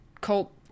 cult